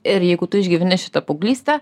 ir jeigu tu išgyveni šitą paauglystę